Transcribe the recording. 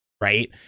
Right